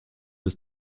his